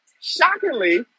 shockingly